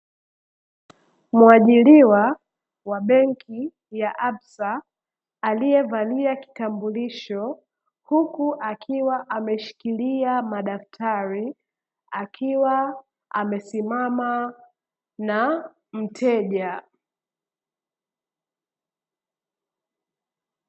Muajiriwa wa benki ya "APSA" aliyevalia kitambulisho, huku akiwa ameshikilia madaftari, akiwa amesimama na mteja.